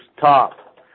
top